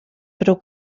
prou